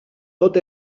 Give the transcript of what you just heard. tot